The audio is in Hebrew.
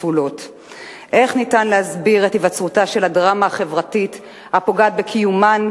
איך ניתן להסביר את היווצרותה של הדרמה החברתית הפוגעת בקיומן,